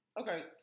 okay